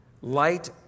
Light